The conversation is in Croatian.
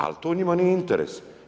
Ali to njima nije interes.